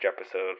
episode